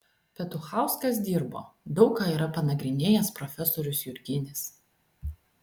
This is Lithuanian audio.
petuchauskas dirbo daug ką yra panagrinėjęs profesorius jurginis